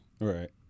Right